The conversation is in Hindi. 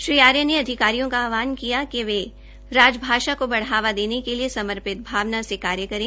श्री आर्य ने अधिकारियों का आहवान किया कि वे राजभाषा को बढ़ावा देने के एि समर्पित भावनासे कार्य करे